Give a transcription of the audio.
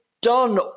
done